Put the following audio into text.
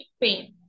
pain